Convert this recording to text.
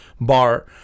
bar